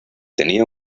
tenía